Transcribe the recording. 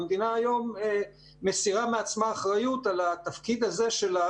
והמדינה היום מסירה מעצמה אחריות על התפקיד הזה שלה